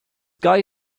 guy